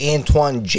Antoine